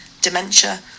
dementia